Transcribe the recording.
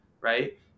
Right